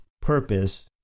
purpose